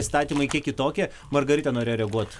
įstatymai kiek kitokie margarita norėjo reaguot